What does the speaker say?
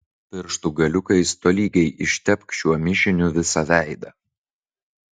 pirštų galiukais tolygiai ištepk šiuo mišiniu visą veidą